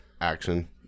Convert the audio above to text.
Action